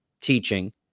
teaching